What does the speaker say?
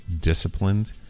disciplined